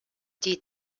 die